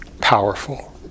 powerful